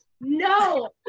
no